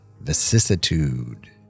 Vicissitude